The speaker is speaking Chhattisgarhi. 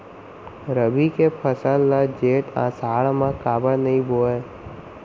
रबि के फसल ल जेठ आषाढ़ म काबर नही बोए?